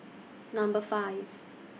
Number five